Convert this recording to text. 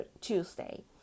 Tuesday